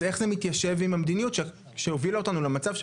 אז איך זה מתיישב עם המדיניות שהובילה אותנו למצב,